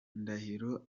ndahiro